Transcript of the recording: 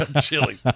Chili